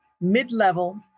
mid-level